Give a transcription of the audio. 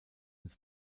ins